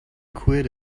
quit